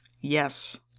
Yes